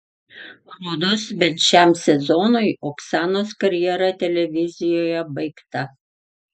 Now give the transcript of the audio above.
rodos bent šiam sezonui oksanos karjera televizijoje baigta